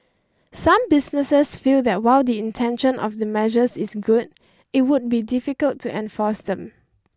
some businesses feel that while the intention of the measures is good it would be difficult to enforce them